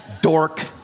Dork